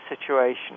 situation